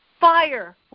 fire